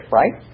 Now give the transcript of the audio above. right